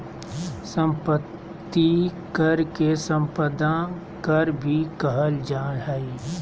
संपत्ति कर के सम्पदा कर भी कहल जा हइ